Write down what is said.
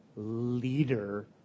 leader